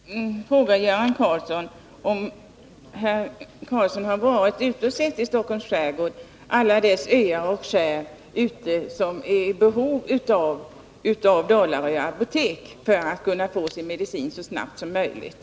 Herr talman! Jag skulle bara vilja fråga Göran Karlsson om han har varit ute i Stockholms skärgård och sett alla dess öar och skär, där människor är i behov av Dalarö apotek för att kunna få sin medicin så snabbt som möjligt.